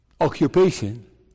occupation